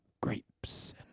grapes